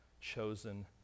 chosen